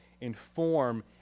inform